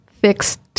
fixed